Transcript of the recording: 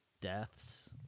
deaths